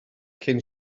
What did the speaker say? cyn